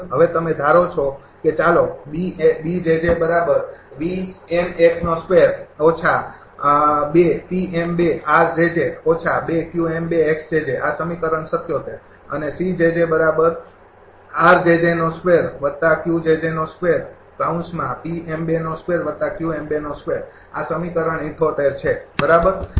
હવે તમે ધારો છો કે ચાલો આ સમીકરણ ૭૭ અને આ સમીકરણ ૭૮ છે બરાબર